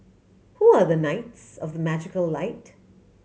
who are the knights of the magical light